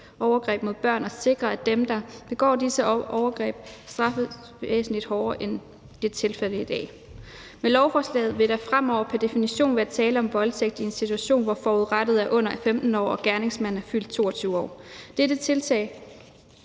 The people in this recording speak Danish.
overgreb mod børn og sikrer, at dem, der begår disse overgreb, straffes væsentlig hårdere, end det er tilfældet i dag. Med lovforslaget vil der fremover pr. definition være tale om voldtægt i en situation, hvor forurettede er under 15 år og gerningsmanden er fyldt 22 år. Dette tiltag